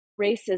racism